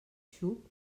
xup